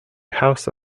house